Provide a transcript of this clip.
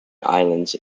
islands